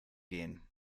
gehen